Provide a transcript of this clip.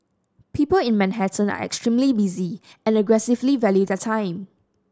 people in Manhattan are extremely busy and aggressively value their time